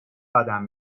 بدم